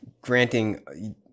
granting